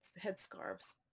headscarves